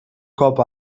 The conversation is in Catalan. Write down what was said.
cop